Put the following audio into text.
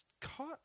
caught